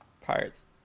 Pirates